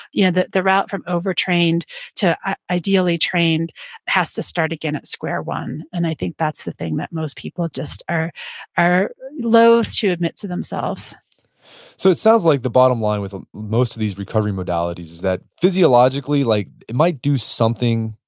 yeah the the route from overtrained to ideally trained has to start again at square one. and i think that's the thing that most people just loathe to admit to themselves so it sounds like the bottom line with most of these recovery modalities is that physiologically, like it might do something,